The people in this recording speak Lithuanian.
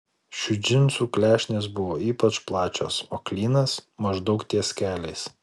šių džinsų klešnės buvo ypač plačios o klynas maždaug ties keliais